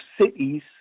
cities